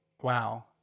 Wow